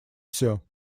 все